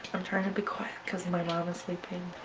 i'm trying to be quiet because my mom is sleeping